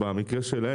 במקרים שלהם,